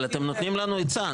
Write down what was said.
אבל אתם נותנים לנו עצה,